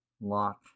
lock